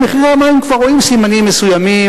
במחירי המים כבר רואים סימנים מסוימים